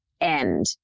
end